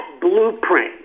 blueprint